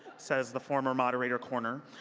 says the former moderator corner.